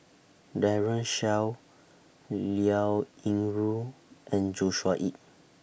Daren Shiau Liao Yingru and Joshua Ip